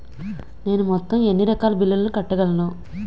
నేను మొత్తం ఎన్ని రకాల బిల్లులు కట్టగలను?